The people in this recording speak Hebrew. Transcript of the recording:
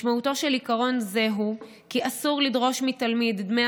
משמעותו של עיקרון זה היא כי אסור לדרוש מתלמיד דמי